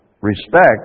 respect